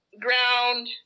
ground